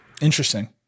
Interesting